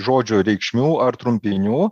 žodžių reikšmių ar trumpinių